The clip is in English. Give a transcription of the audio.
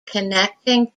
connecting